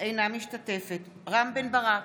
אינה משתתפת בהצבעה רם בן ברק,